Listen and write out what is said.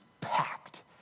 packed